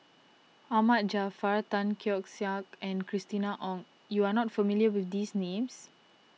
Ahmad Jaafar Tan Keong Saik and Christina Ong you are not familiar with these names